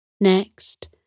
Next